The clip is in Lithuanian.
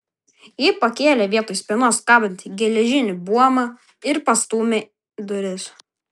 ji pakėlė vietoj spynos kabantį geležinį buomą ir pastūmė duris